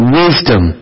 wisdom